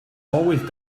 always